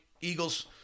Eagles